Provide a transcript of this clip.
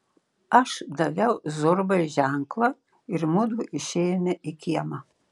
aš daviau zorbai ženklą ir mudu išėjome į kiemą